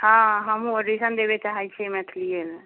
हँ हमहूँ ओडिसन देबे चाहैत छियै मैथलीयेमे